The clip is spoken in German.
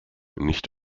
nicht